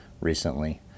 recently